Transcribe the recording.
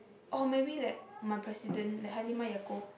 or maybe like my president like Halimah Yacob